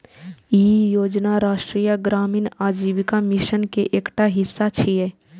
ई योजना राष्ट्रीय ग्रामीण आजीविका मिशन के एकटा हिस्सा छियै